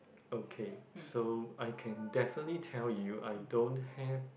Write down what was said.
okay so I can definitely tell you I don't have